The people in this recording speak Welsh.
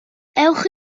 ewch